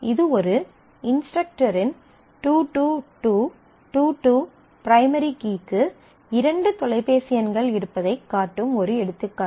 இது ஒரு இன்ஸ்டரக்டரின் 2 2 2 2 2 பிரைமரி கீக்கு இரண்டு தொலைபேசி எண்கள் இருப்பதைக் காட்டும் ஒரு எடுத்துக்காட்டு